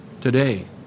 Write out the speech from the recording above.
today